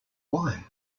wine